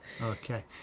Okay